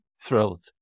thrilled